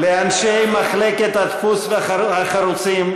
לאנשי מחלקת הדפוס החרוצים,